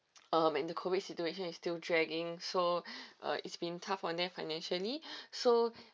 um and the COVID situation is still dragging so uh it's been tough for them financially so